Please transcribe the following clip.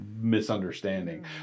misunderstanding